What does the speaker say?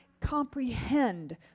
comprehend